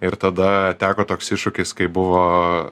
ir tada teko toks iššūkis kai buvo